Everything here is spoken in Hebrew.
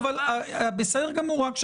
בסדר גמור,